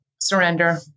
Surrender